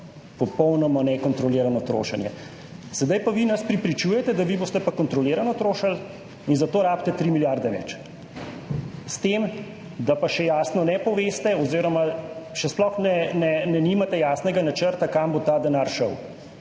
popolnoma nekontrolirano trošenje. Sedaj pa vi nas prepričujete, da vi boste pa kontrolirano trošili in za to rabite 3 milijarde več. S tem da pa še jasno ne poveste oziroma še sploh nimate jasnega načrta, kam bo ta denar šel.